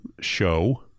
show